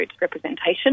representation